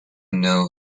know